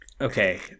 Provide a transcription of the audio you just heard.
okay